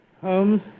Holmes